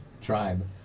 tribe